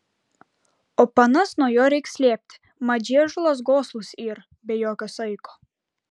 o panas nuo jo reik slėpti mat žiežulas goslus yr be jokio saiko